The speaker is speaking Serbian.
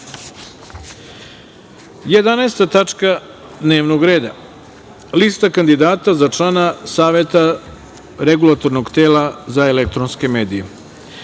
11. tački dnevnog reda – Lista kandidata za člana Saveta Regulatornog tela za elektronske medije,